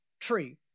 tree